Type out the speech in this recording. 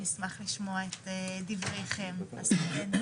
אני אשמח לשמוע את דבריכם, הסטודנטים.